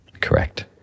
Correct